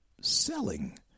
selling